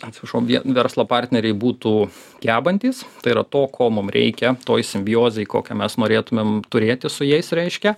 atsiprašau verslo partneriai būtų gebantys tai yra to ko mum reikia toji simbiozė kokią mes norėtumėm turėti su jais reiškia